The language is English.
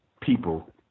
people